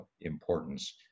importance